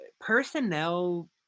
personnel